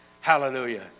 Hallelujah